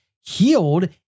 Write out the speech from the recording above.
healed